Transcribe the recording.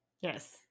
yes